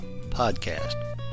podcast